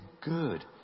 good